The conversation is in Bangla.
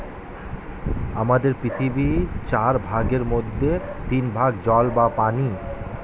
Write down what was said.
আমাদের পৃথিবীর চার ভাগের মধ্যে তিন ভাগ জল বা পানি